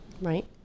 right